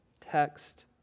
text